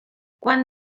quan